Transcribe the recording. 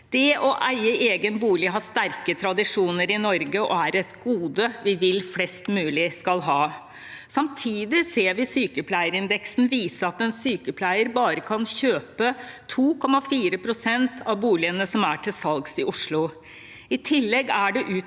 Det å eie egen bolig har sterke tradisjoner i Norge og er et gode vi vil at flest mulig skal ha. Samtidig ser vi sykepleierindeksen vise at en sykepleier bare kan kjøpe 2,4 pst. av boligene som er til salgs i Oslo. I tillegg er det utfordringer